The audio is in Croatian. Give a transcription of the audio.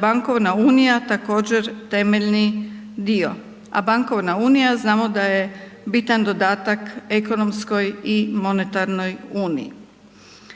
bankovna unija također temeljni dio, a bankovna unija znamo da je bitan dodatak ekonomskoj i monetarnoj uniji.